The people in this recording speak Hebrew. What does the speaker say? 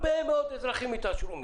אני